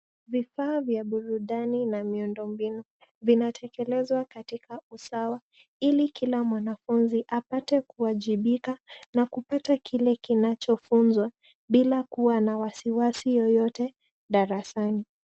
Vifaa vya burudani na miundo mbinu vinatekelezwa katika usawa ili kila mwanafunzi apate kuajibika na kupata kile kinachofunzwa bila kuwa na wasiwasi yoyote darasani.